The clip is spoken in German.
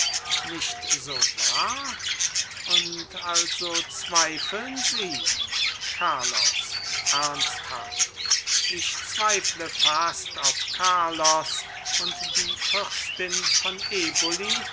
nicht so wahr und also zweifeln sie carlos ernsthaft ich zweifle fast ob carlos und die fürstin von eboli